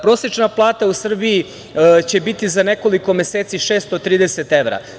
Prosečna plata u Srbiji će biti za nekoliko meseci 630 evra.